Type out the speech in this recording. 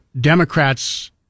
Democrats